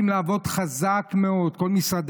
כל משרדי הממשלה חייבים לעבוד חזק מאוד לסלילת